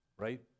right